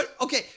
Okay